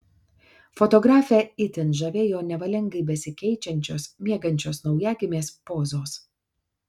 fotografę itin žavėjo nevalingai besikeičiančios miegančios naujagimės pozos